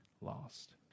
lost